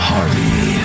Harvey